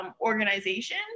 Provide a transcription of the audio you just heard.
organization